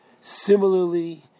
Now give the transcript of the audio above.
Similarly